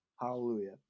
Hallelujah